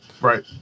Right